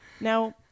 Now